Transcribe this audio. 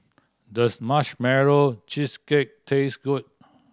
does Marshmallow Cheesecake taste good